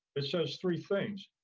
it says three things.